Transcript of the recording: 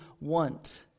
want